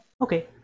Okay